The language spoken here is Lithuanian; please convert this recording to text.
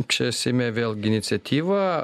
čia seime vėlgi iniciatyva